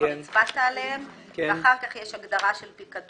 שכבר הצבעת עליהם ואחר כך יש הגדרה של פיקדון,